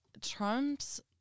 Trump's